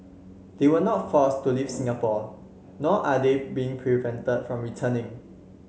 they were not forced to leave Singapore nor are they being prevented from returning